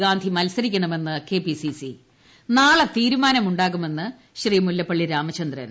ഗാന്ധി മത്സരിക്കണമെന്ന് K P C C നാളെ തീരുമാനമുണ്ടാകുമെന്ന് മുല്ലപ്പള്ളി രാമചന്ദ്രൻ